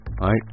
right